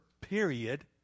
period